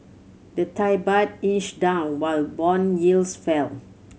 the Thai Baht inched down while bond yields fell